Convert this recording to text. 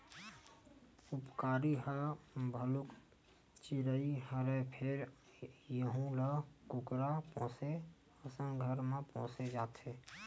उपकारी ह भलुक चिरई हरय फेर यहूं ल कुकरा पोसे असन घर म पोसे जाथे